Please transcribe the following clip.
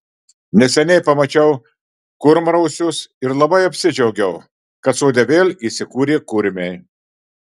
neseniai pamačiau kurmrausius ir labai apsidžiaugiau kad sode vėl įsikūrė kurmiai